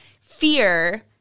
fear